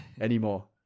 anymore